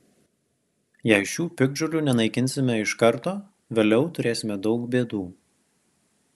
jei šių piktžolių nenaikinsime iš karto vėliau turėsime daug bėdų